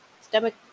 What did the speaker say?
stomach